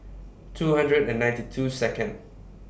two hundred and ninety two Second